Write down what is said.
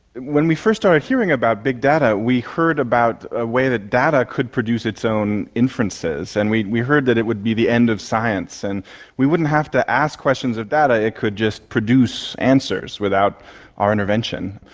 when we first started hearing about big data we heard about the ah way that data could produce its own inferences, and we we heard that it would be the end of science and we wouldn't have to ask questions of data, it could just produce answers without our intervention.